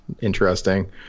interesting